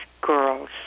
girls